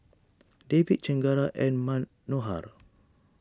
Devi Chengara and Manohar